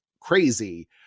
crazy